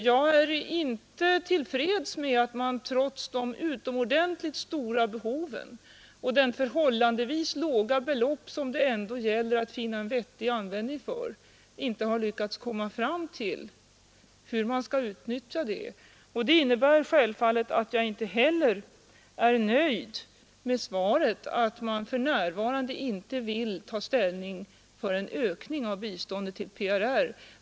Jag är inte till freds med att man, trots de utomordentligt stora behoven och det förhållandevis låga belopp som det ändå gäller att finna en vettig användning för, inte har lyckats komma fram till hur man skall utnyttja pengarna. Det innebär självfallet att jag inte heller är nöjd med beskedet att man för närvarande inte vill ta ställning för en ökning av biståndet till PRR.